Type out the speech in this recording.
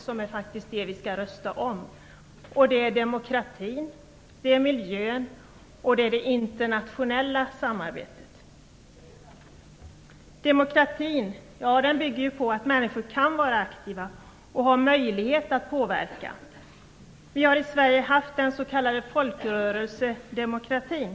Det är avtalet vi skall rösta om, dvs. demokratin, miljön och det internationella samarbetet. Demokrati bygger på att människor kan vara aktiva och har möjlighet att påverka. Vi har i Sverige haft den s.k. folkrörelsedemokratin.